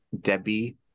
Debbie